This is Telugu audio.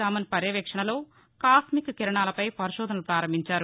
రామన్ పర్యవేక్షణలో కాస్మిక్ కిరణాలపై పరిశోధనలు ప్రారంభించారు